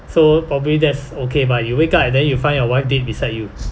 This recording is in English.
so probably that's okay but you wake up and then you find your wife dead beside you